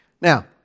Now